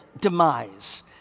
demise